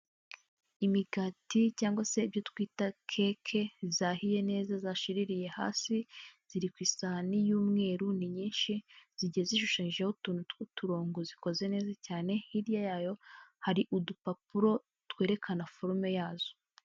Imigati cyangwa se ibyo twita keke zahiye neza zashiriye hasi, ziri ku isahani y'umweru ni nyinshi, zigiye zishushanyijeho utuntu tw'uturongo zikoze neza cyane, hirya yayo hari udupapuro twerekana forume yazo.